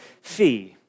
fee